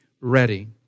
ready